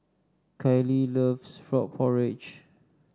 Kalie loves Frog Porridge